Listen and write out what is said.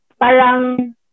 parang